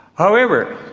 however,